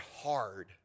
hard